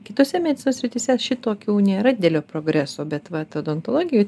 kitose medicinos srityse šitokių nėra didelio progreso bet vat odontologijoj